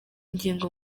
ngingo